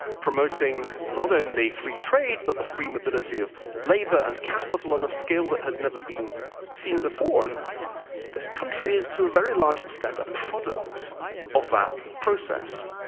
promoting not only free trade but the free mobility of labour and capital on a scale that had never been seen before, and this country is to a very large extent a product of that process.